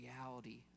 reality